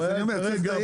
אז אני אומר, צריך לדייק.